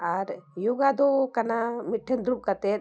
ᱟᱨ ᱭᱳᱜᱟ ᱫᱚ ᱠᱟᱱᱟ ᱢᱤᱫ ᱴᱷᱮᱱ ᱫᱩᱲᱩᱵ ᱠᱟᱛᱮᱫ